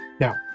Now